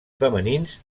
femenins